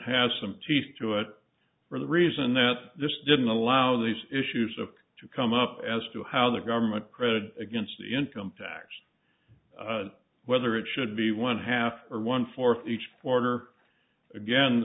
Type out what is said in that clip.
has some teeth to it for the reason that this didn't allow these issues of to come up as to how the government credited against the income tax whether it should be one half or one fourth each quarter again